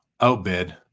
Outbid